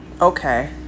okay